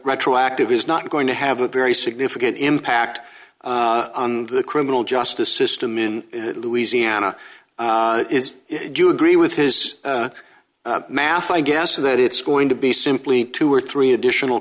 retroactive is not going to have a very significant impact on the criminal justice system in louisiana is do you agree with his mass i guess that it's going to be simply two or three additional